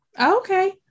Okay